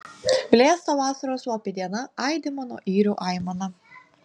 blėsta vasaros slopi diena aidi mano yrių aimana